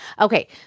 Okay